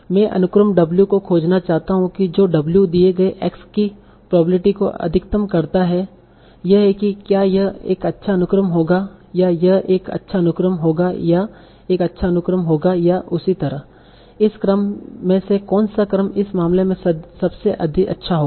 मैं अनुक्रम W को खोजना चाहता हूं जो W दिए गए X की प्रोबेब्लिटी को अधिकतम करता है यह है कि क्या यह एक अच्छा अनुक्रम होगा या यह एक अच्छा अनुक्रम होगा या यह एक अच्छा अनुक्रम होगा या इसी तरह इस क्रम में से कौन सा क्रम इस मामले में सबसे अच्छा होगा